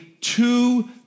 two